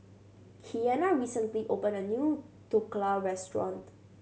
Kianna recently opened a new Dhokla Restaurant